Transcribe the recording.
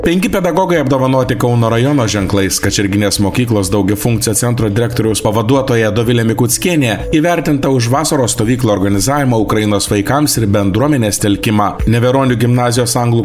penki pedagogai apdovanoti kauno rajono ženklais kačerginės mokyklos daugiafunkcio centro direktoriaus pavaduotoja dovilė mikuckienė įvertinta už vasaros stovyklų organizavimą ukrainos vaikams ir bendruomenės telkimą neveronių gimnazijos anglų